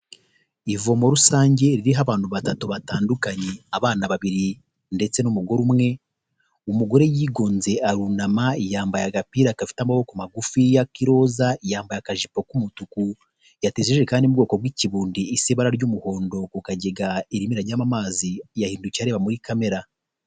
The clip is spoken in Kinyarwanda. Ivomo rusange ririho abantu batatu batandukanye, abana babiri ndetse n'umugore umwe, umugore yigonze arunama, yambaye agapira gafite amaboko magufiya k'iroza, yambaye akajipo k'umutuku, yateze ijerekani iri mu bwoko bw'ikibundi, isa ibara ry'umuhondo ku kagega irimo irajyamo amazi, yahinduye areba muri kamera.